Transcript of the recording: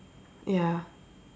ya